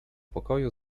pokoju